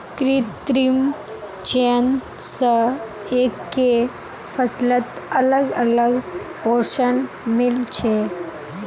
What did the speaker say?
कृत्रिम चयन स एकके फसलत अलग अलग पोषण मिल छे